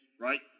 right